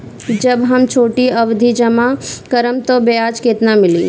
जब हम छोटी अवधि जमा करम त ब्याज केतना मिली?